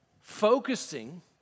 focusing